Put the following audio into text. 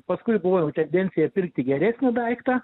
paskui buvo jau tendencija pirkti geresnį daiktą